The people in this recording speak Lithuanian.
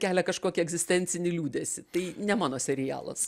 kelia kažkokį egzistencinį liūdesį tai ne mano serialas